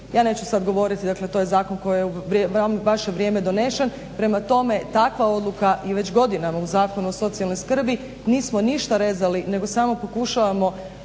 ja neću sad govoriti dakle to je zakon koji je u vaše vrijeme donesen. Prema tome takva odluka je već godinama u Zakonu o socijalnoj skrbi, nismo ništa rezali nego samo pokušavamo